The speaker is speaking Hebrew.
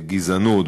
גזענות.